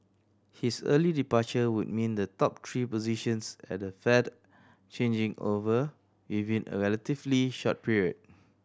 his early departure would mean the top three positions at the Fed changing over within a relatively short period